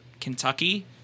Kentucky